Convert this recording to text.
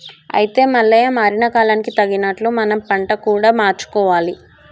అయితే మల్లయ్య మారిన కాలానికి తగినట్లు మనం పంట కూడా మార్చుకోవాలి